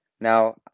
Now